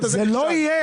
זה לא יהיה.